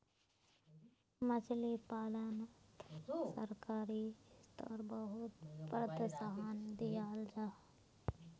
मछली पालानोत सरकारी स्त्रोत बहुत प्रोत्साहन दियाल जाहा